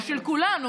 שהוא של כולנו,